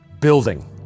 building